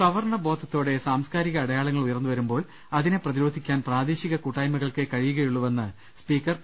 സവർണ്ണ ബോധത്തോടെ സാംസ്കാരിക അടയാളങ്ങൾ ഉയർന്നുവരു മ്പോൾ അതിനെ പ്രതിരോധിക്കാൻ പ്രാദേശിക കൂട്ടായ്മകൾക്കേ കഴിയുകയുള്ളൂ വെന്ന് സ്പീക്കർ പി